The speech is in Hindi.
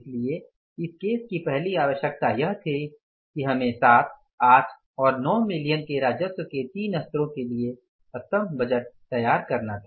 इसलिए इस केस की पहली आवश्यकता यह थी कि हमें सात आठ और नौ मिलियन के राजस्व के तीन स्तरों के लिए स्तम्भ बजट तैयार करना था